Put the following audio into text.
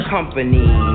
company